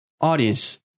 Audience